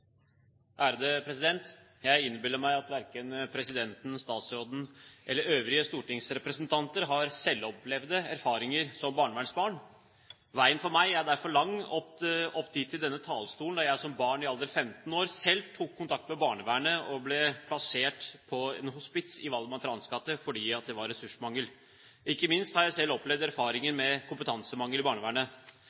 Jeg innbiller meg at verken presidenten, statsråden eller øvrige stortingsrepresentanter har selvopplevde erfaringer som barnevernsbarn. Veien opp hit til denne talerstolen er derfor lang for meg, da jeg som barn, i en alder av 15 år, selv tok kontakt med barnevernet og ble plassert på et hospits i Waldemar Thranes gate fordi det var ressursmangel. Ikke minst har jeg selv opplevd erfaringer med kompetansemangel i barnevernet.